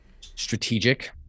Strategic